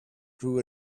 drew